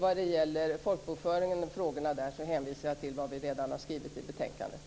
Vad gäller folkbokföringen och frågorna om den hänvisar jag till vad vi redan här skrivit i betänkandet.